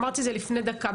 ואמרתי את זה לפני דקה,